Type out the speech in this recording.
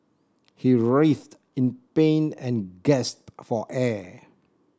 he writhed in pain and gasped for air